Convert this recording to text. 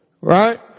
Right